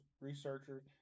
researchers